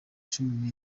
cumi